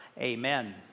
Amen